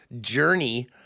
journey